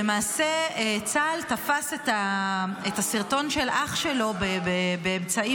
למעשה צה"ל תפס את הסרטון של אח שלו באמצעים